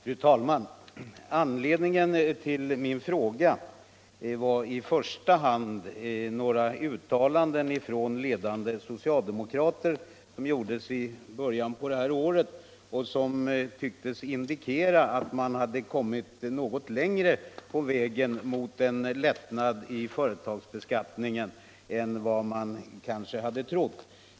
Fru talman! Anledningen till min fråga var i första hand några uttalanden från ledande socialdemokrater, som gjordes i början av detta år och som tycktes indikera att man hade kommit något längre på vägen mot en lättnad i företagsbeskattningen än vad många kanske hade trott.